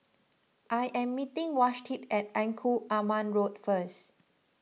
I am meeting Vashti at Engku Aman Road first